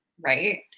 right